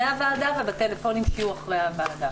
הוועדה ובטלפונים שיהיו אחרי הוועדה.